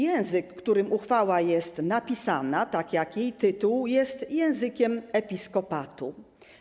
Język, którym uchwała jest napisana, tak jak jej tytuł, jest językiem Episkopatu Polski.